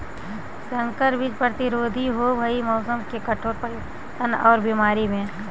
संकर बीज प्रतिरोधी होव हई मौसम के कठोर परिवर्तन और बीमारी में